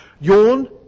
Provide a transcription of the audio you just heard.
Yawn